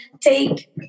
take